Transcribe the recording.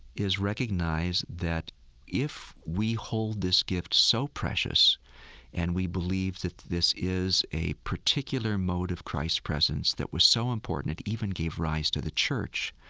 is recognize that if we hold this gift so precious and we believe that this is a particular mode of christ's presence that was so important it even gave rise to the church,